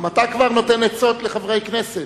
גם אתה כבר נותן עצות לחברי כנסת?